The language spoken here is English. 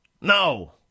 No